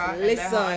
listen